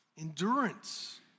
endurance